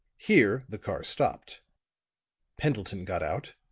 here the car stopped pendleton got out,